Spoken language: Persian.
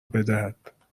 بدهد